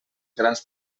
grans